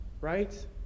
Right